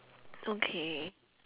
okay